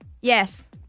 Yes